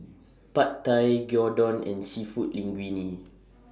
Pad Thai Gyudon and Seafood Linguine